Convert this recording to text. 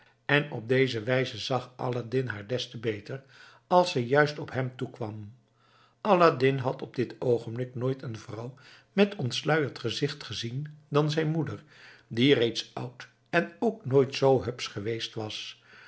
en op deze wijze zag aladdin haar des te beter als zij juist op hem toekwam aladdin had tot op dit oogenblik nooit een vrouw met ontsluierd gezicht gezien dan zijn moeder die reeds oud en ook nooit zoo hupsch geweest was